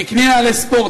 תקני נעלי ספורט,